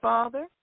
Father